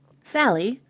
sally,